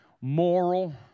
moral